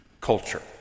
culture